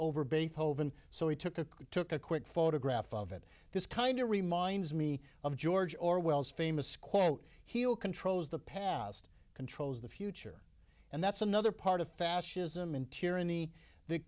over beethoven so he took a took a quick photograph of it this kind of reminds me of george orwell's famous quote he'll controls the past controls the future and that's another part of fascism in tyranny the